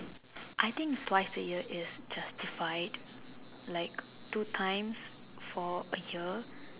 I think twice a year is just tified like two times for a year